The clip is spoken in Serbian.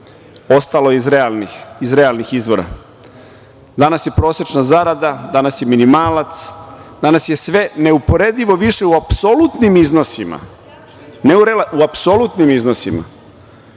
ostalo iz realnih izvora. Danas je prosečna zarada, danas je minimalac, danas je sve neuporedivo više u apsolutnim iznosima